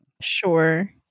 Sure